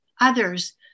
others